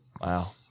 Wow